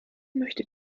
möchte